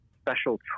special